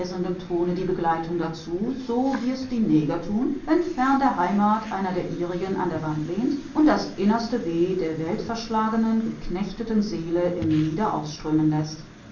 die begleitung dazu so wie es die neger tun wenn fern der heimat einer der ihrigen an der wand lehnt und das innerste weh der weltverschlagenen geknechteten seele im liede ausströmen läßt